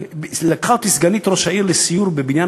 לקחה אותי סגנית ראש העיר לסיור בבניין